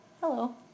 Hello